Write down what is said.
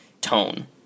tone